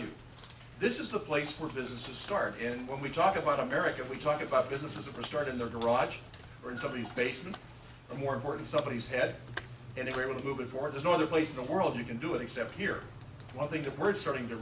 you this is the place where businesses start and when we talk about america we talk about businesses that were started in a garage or in somebody's basement more important somebody's head and they were able to move it forward there's no other place in the world you can do it except for here one thing that we're starting to